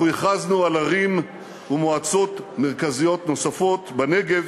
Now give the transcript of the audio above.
אנחנו הכרזנו על ערים ומועצות מרכזיות נוספות בנגב